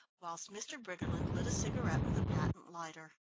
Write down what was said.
whilst mr. briggerland lit a cigarette with a patent lighter.